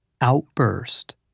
outburst